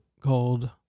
called